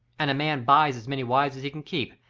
and a man buys as many wives as he can keep,